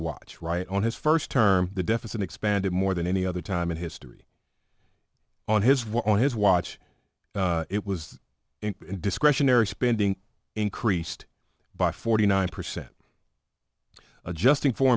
watch right on his first term the deficit expanded more than any other time in history on his war on his watch it was discretionary spending increased by forty nine percent adjusting for